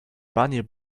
bunny